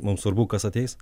mum svarbu kas ateis